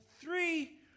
three